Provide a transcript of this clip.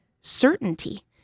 certainty